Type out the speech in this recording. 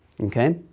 okay